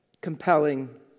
Compelling